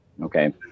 okay